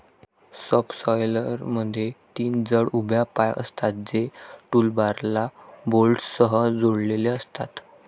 सबसॉयलरमध्ये तीन जड उभ्या पाय असतात, जे टूलबारला बोल्टसह जोडलेले असतात